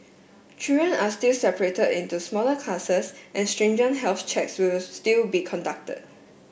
children are still separated into smaller classes and stringent health checks will still be conducted